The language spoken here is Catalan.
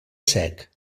sec